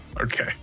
okay